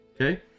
Okay